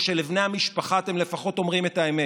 או שלבני המשפחה אתם לפחות אומרים את האמת,